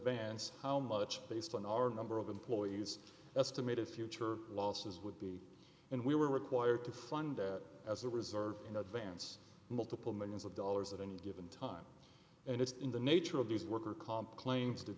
advance how much based on our number of employees estimated future losses would be and we were required to fund as a reserve in advance multiple millions of dollars at any given time and it's in the nature of these workers comp claims t